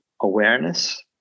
awareness